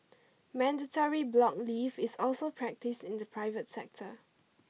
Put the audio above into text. mandatory block leave is also practised in the private sector